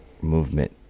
movement